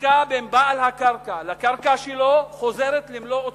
הזיקה בין בעל הקרקע לקרקע שלו חוזרת למלוא עוצמתה.